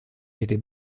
est